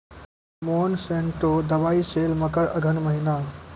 Monsanto दवाई sale मकर अघन महीना,